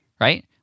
right